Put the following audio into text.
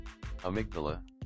Amygdala